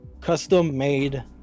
custom-made